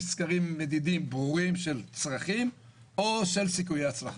סקרים מדידים ברורים של צרכים או של סיכויי הצלחה.